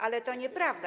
Ale to nieprawda.